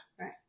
Right